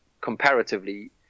comparatively